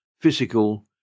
physical